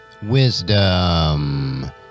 Wisdom